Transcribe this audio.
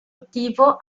attivo